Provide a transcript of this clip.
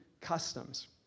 customs